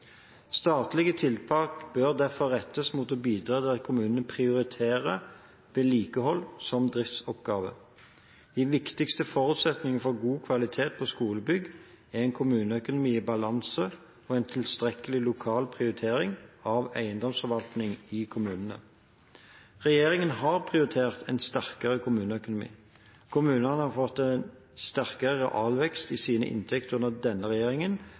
Statlige tiltak bør derfor rettes mot å bidra til at kommunene prioriterer vedlikehold som driftsoppgave. De viktigste forutsetningene for god kvalitet på skolebygg er en kommuneøkonomi i balanse og en tilstrekkelig lokal prioritering av eiendomsforvaltning i kommunene. Regjeringen har prioritert en sterk kommuneøkonomi. Kommunene har fått sterkere realvekst i sine inntekter under denne regjeringen